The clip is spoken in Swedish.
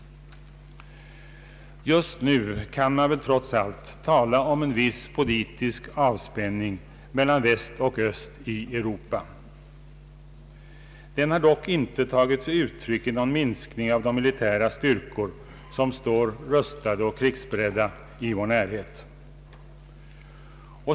Just nu kan man väl trots allt tala om en viss politisk avspänning mellan Väst och Öst i Europa. Den har dock inte tagit sig uttryck i någon minskning av de militära styrkor som står rustade och krigsberedda i vår närhet.